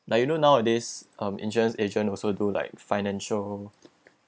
like you know nowadays um insurance agent also do like financial